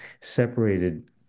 separated